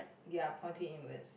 ya pointing inwards